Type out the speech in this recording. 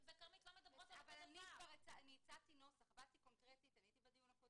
לא חל עליו בשל הוראות סעיף 61,